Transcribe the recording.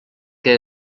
que